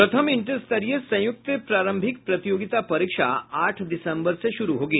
प्रथम इंटरस्तरीय संयुक्त प्रारंभिक प्रतियोगिता परीक्षा आठ दिसम्बर से से शुरू होगी